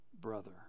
brother